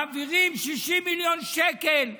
מעבירים 60 מיליון שקל בגנבה,